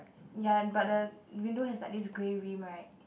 ya but the window has like this grey rim right